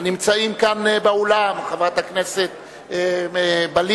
הנמצאים כאן באולם: חברת הכנסת בלילא,